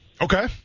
Okay